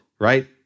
Right